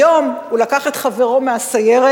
היום הוא לקח את חברו מהסיירת,